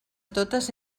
totes